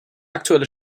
aktuelle